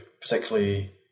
particularly